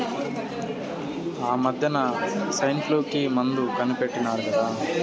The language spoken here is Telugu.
ఆమద్దెన సైన్ఫ్లూ కి మందు కనిపెట్టినారు కదా